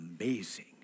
amazing